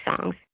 songs